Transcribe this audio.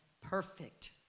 perfect